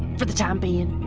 for the time being